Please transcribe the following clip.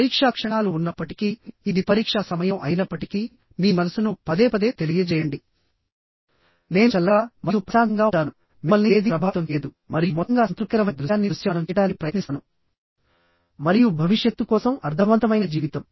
పరీక్షా క్షణాలు ఉన్నప్పటికీ ఇది పరీక్షా సమయం అయినప్పటికీ మీ మనసును పదేపదే తెలియజేయండి నేను చల్లగా మరియు ప్రశాంతంగా ఉంటాను మిమ్మల్ని ఏదీ ప్రభావితం చేయదు మరియు మొత్తంగా సంతృప్తికరమైన దృశ్యాన్ని దృశ్యమానం చేయడానికి ప్రయత్నిస్తాను మరియు భవిష్యత్తు కోసం అర్ధవంతమైన జీవితం